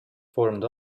formed